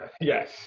Yes